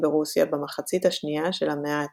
ברוסיה במחצית השנייה של המאה ה-19.